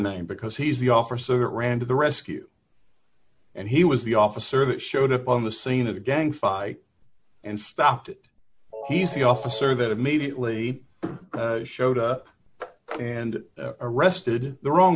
name because he's the officer that ran to the rescue and he was the officer that showed up on the scene of the gang fight and stopped he's the officer that immediately showed up and arrested the wrong